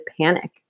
panic